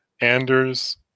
Anders